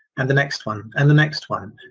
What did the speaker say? and the next one and the next one.